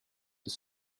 till